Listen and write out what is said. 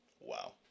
Wow